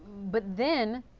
but then,